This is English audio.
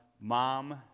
mom